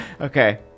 Okay